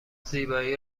زیبایی